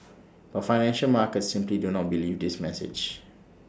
but financial markets simply do not believe this message